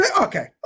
Okay